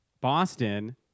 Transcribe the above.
boston